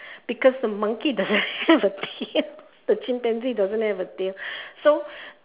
because the monkey doesn't have a tail the chimpanzee doesn't have a tail so